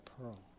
pearl